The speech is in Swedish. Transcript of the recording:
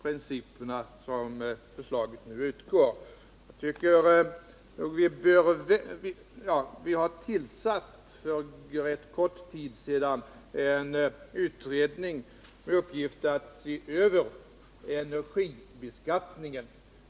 Vi har för rätt kort tid sedan tillsatt en utredning med uppgift att se över energibeskattningen.